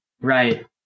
Right